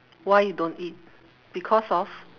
why don't eat because of